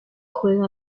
juega